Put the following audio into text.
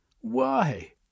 Why